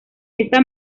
esta